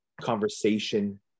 conversation